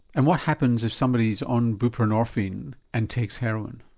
and what happens if somebody is on buprenorphine and takes heroin?